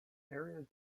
areas